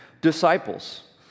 disciples